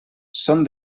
són